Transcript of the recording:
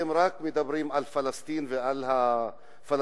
ואתם רק מדברים על פלסטין ועל הפלסטינים,